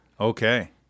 Okay